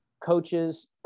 coaches